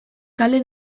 kale